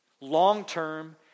Long-term